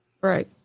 Right